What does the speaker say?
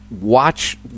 watch